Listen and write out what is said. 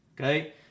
Okay